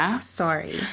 Sorry